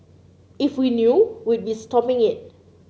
if we knew we'd be stopping it